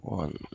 one